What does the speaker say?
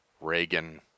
Reagan